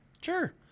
Sure